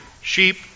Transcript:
sheep